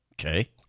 Okay